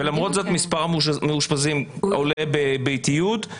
ולמרות זאת מספר המאושפזים עולה באיטיות.